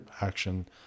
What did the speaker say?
action